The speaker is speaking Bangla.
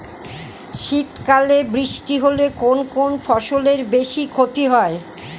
শীত কালে বৃষ্টি হলে কোন কোন ফসলের বেশি ক্ষতি হয়?